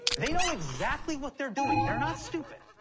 they know exactly what they're doing, they're not stupid.